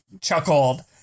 chuckled